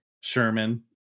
Sherman